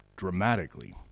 dramatically